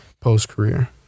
post-career